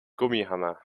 gummihammer